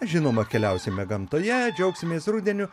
žinoma keliausime gamtoje džiaugsimės rudeniu